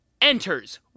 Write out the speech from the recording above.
Enters